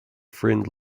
friend